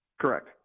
Correct